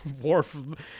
Worf